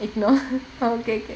ignore oh okay okay